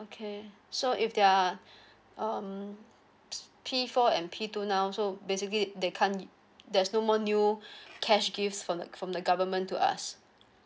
okay so if they are um P four and P two now so basically they can't there's no more new cash gifts from the government to us